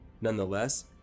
Nonetheless